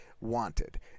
wanted